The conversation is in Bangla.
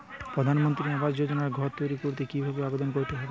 প্রধানমন্ত্রী আবাস যোজনায় ঘর তৈরি করতে কিভাবে আবেদন করতে হবে?